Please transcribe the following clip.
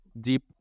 deep